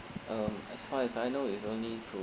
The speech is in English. um as far as I know it's only through